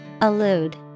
Allude